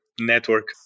network